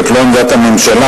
זאת לא עמדת הממשלה,